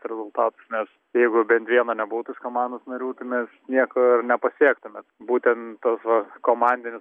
rezultatus nes jeigu bent vieno nebūtų iš komandos narių tai mes nieko ir nepasiektume būten tas va komandinis